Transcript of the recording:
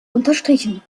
unterstrichen